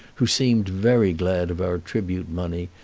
who seemed very glad of our tribute-money,